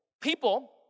People